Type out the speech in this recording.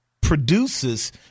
produces